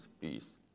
peace